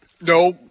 No